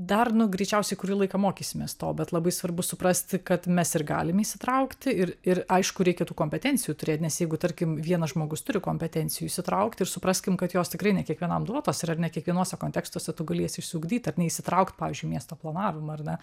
dar nu greičiausiai kurį laiką mokysimės to bet labai svarbu suprasti kad mes ir galim įsitraukti ir ir aišku reikia tų kompetencijų turėt nes jeigu tarkim vienas žmogus turi kompetencijų įsitraukti ir supraskim kad jos tikrai ne kiekvienam duotos ir ar ne kiekvienuose kontekstuose tu galėsi išsiugdyti ar ne įsitraukt pavyzdžiui į miesto planavimą ar ne